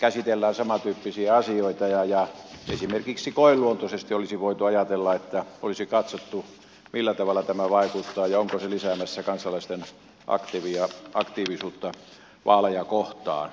käsitellään samantyyppisiä asioita ja ja esimerkiksi koeluontoisesti olisi voitu ajatella että olisi katsottu millä tavalla tämä vaikuttaa jonkun lisäämässä kansalaisten aktiivia arktisilta vaaleja kohtaan